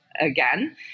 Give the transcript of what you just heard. again